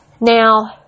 Now